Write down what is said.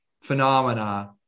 phenomena